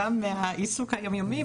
גם מהעיסוק היום-יומי,